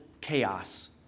chaos